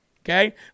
okay